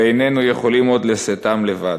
ואיננו יכולים עוד לשאתם לבד.